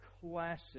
classic